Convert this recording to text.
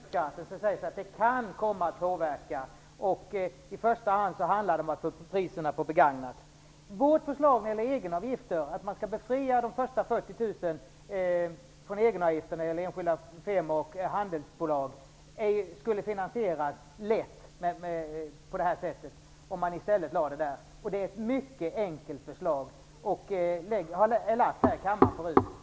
Fru talman! Vi får väl tro att detta med stämpelskatten kan komma att påverka. I första hand handlar det om priserna på begagnat. Vårt förslag att man skall befria de första 40 000 kronorna från egenavgifter när det gäller enskilda firmor och handelsbolag skulle lätt finansieras. Det är ett mycket enkelt förslag som tidigare har lagts fram här i kammaren.